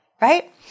right